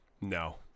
No